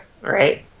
right